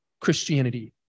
Christianity